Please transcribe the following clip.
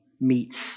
meets